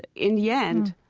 ah in the end,